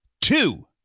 Two